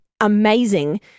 amazing